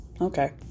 Okay